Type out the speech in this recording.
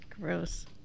Gross